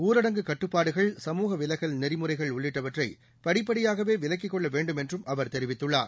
ஊரடங்கு கட்டுப்பாடுகள் சமூக விலகல் நெறிமுறைகள் உள்ளிட்டவற்றை படிப்படியாகவே விலக்கிக் கொள்ள வேண்டும் என்றும் அவர் தெரிவித்துள்ளார்